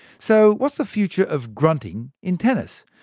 so what's the future of grunting in tennis?